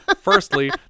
Firstly